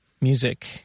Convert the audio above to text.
Music